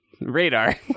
Radar